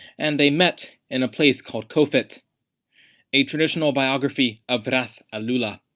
and they met in a place called kofit a traditional biography of ras alula.